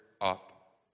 up